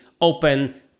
open